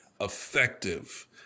effective